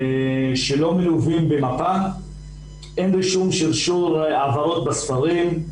שלא מלווים במפה עם רישום של שיעור העברות בספרים.